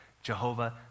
Jehovah